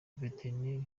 veterineri